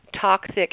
toxic